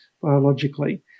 biologically